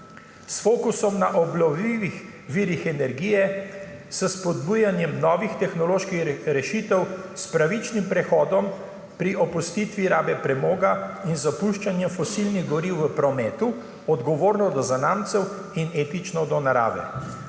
s fokusom na obnovljivih virih energije, s spodbujanjem novih tehnoloških rešitev, s pravičnim prehodom pri opustitvi rabe premoga in zapuščanje fosilnih goriv v prometu, odgovorno do zanamcev in etično do narave,